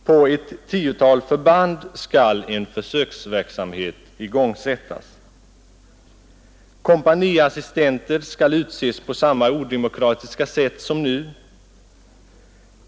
På ett tiotal förband skall en försöksverksamhet igångsättas. Kompaniassistenter skall utses på samma odemokratiska sätt som nu.